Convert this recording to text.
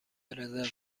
رزرو